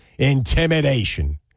Intimidation